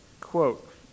Quote